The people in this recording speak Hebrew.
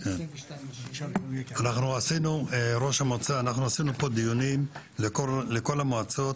אנחנו עשינו פה דיונים לכל המועצות,